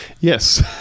Yes